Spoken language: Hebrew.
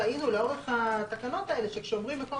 ראינו לאורך התקנות האלה שכשאומרים מקום